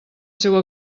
seua